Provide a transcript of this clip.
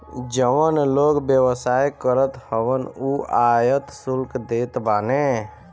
जवन लोग व्यवसाय करत हवन उ आयात शुल्क देत बाने